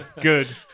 Good